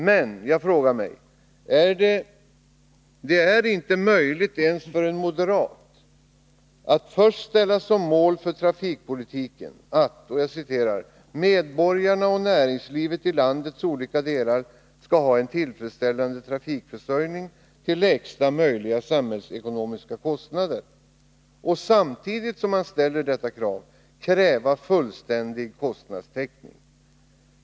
Men det är inte möjligt ens för en moderat att först ställa som mål för trafikpolitiken att medborgarna och näringslivet i landets olika delar skall ha en tillfredsställande trafikförsörjning till lägsta möjliga samhällsekonomiska kostnader och sedan samtidigt kräva fullständig kostnadstäckning.